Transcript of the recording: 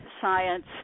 science